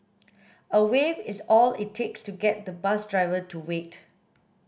a wave is all it takes to get the bus driver to wait